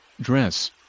dress